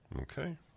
Okay